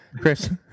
Chris